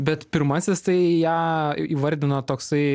bet pirmasis tai ją įvardino toksai